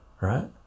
right